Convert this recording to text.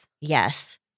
Yes